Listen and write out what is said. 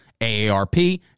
AARP